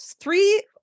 Three